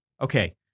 Okay